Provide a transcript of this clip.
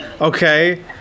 Okay